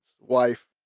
wife